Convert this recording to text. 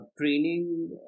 training